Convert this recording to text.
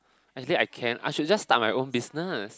actually I can I should just start my own business